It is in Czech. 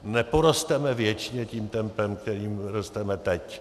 Neporosteme věčně tím tempem, kterým rosteme teď.